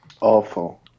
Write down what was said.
Awful